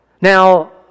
Now